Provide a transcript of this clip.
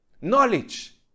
knowledge